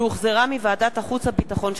שהחזירה ועדת החוץ והביטחון.